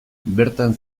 bertan